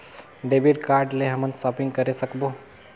Debit card ले हमन shopping करे सकबो?